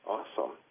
Awesome